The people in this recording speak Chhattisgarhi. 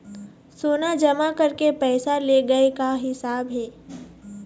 सोना जमा करके पैसा ले गए का हिसाब हे?